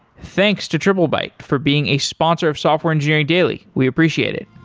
thanks to triplebyte for being a sponsor of software engineering daily. we appreciate it